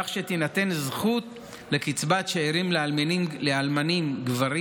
כך שתינתן זכות לקצבת שאירים לאלמנים גברים